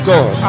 God